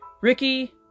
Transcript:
Ricky